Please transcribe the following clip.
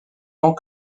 tant